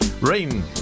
rain